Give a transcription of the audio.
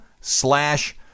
slash